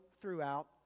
throughout